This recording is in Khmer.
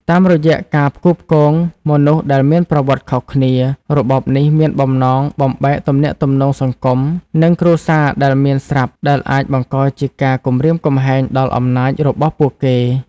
តាមរយៈការផ្គូផ្គងមនុស្សដែលមានប្រវត្តិខុសគ្នា របបនេះមានបំណងបំបែកទំនាក់ទំនងសង្គមនិងគ្រួសារដែលមានស្រាប់ដែលអាចបង្កជាការគំរាមកំហែងដល់អំណាចរបស់ពួកគេ។